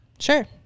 Sure